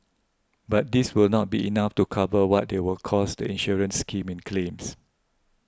but this will not be enough to cover what they will cost the insurance scheme in claims